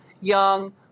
young